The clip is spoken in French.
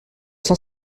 sans